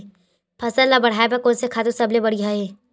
फसल ला बढ़ाए बर कोन से खातु सबले बढ़िया हे?